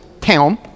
town